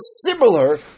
similar